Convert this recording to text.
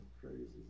crazy